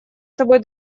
собой